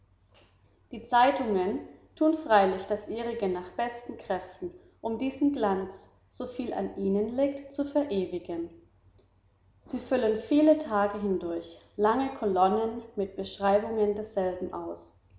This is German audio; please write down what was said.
die zeitungen tun freilich das ihrige nach besten kräften um diesen glanz soviel an ihnen liegt zu verewigen sie füllen viele tage hindurch lange kolonnen mit beschreibungen desselben aus